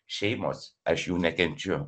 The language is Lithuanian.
šeimos aš jų nekenčiu